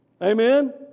Amen